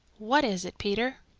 what is it, peter?